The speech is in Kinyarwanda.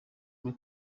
muri